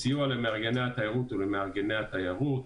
הסיוע למארגני התיירות הוא למארגני התיירות.